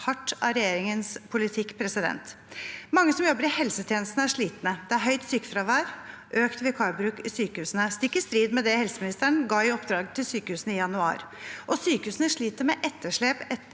av regjeringens politikk. Mange som jobber i helsetjenestene, er slitne. Det er høyt sykefravær og økt vikarbruk i sykehusene, stikk i strid med det helseministeren ga i oppdrag til sykehusene i januar. Sykehusene sliter med etterslep i